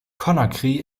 conakry